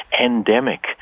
endemic